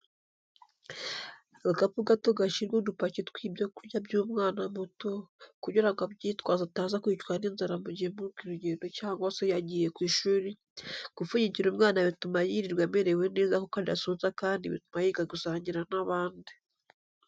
Agakapu gato gashyirwa udupaki tw'ibyo kurya by'umwana muto kugira ngo abyitwaze ataza kwicwa n'inzara mu gihe muri ku rugendo cyangwa se yagiye ku ishuri, gupfunyikira umwana bituma yirirwa amerewe neza kuko adasonza kandi bituma yiga gusangira n'abandi.